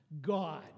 God